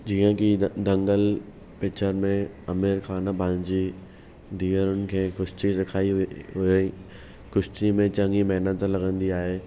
जीअं कि दंगल पिकिचर में आमिर खान पंहिंजी धीअरुनि खे कुश्ती सेखारी हुई कुश्तीअ में चङी महिनतु लॻंदी आहे